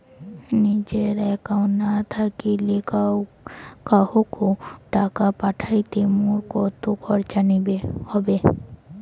নিজের একাউন্ট না থাকিলে কাহকো টাকা পাঠাইতে মোর কতো খরচা হবে?